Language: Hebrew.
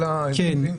כן.